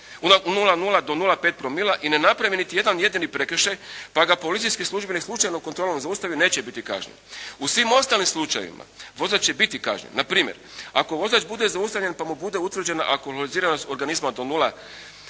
0,0 do 0,5 promila ne napravi niti jedan jedini prekršaj pa ga policijski službenik slučajnom kontrolom zaustavi neće biti kažnjen. U svim ostalim slučajevima vozač će biti kažnjen npr. ako vozač bude zaustavljen pa mu bude utvrđena alkoholiziranost organizma do 0,5